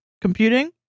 computing